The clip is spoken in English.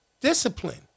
Discipline